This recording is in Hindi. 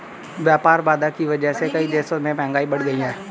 व्यापार बाधा की वजह से कई देशों में महंगाई बढ़ गयी है